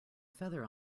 feather